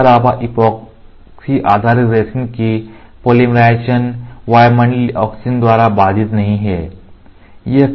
इसके अलावा ऐपोक्सी आधारित रेजिन के पॉलीमराइज़ेशन वायुमंडलीय ऑक्सीजन द्वारा बाधित नहीं है